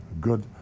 good